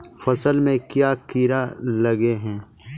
फसल में क्याँ कीड़ा लागे है?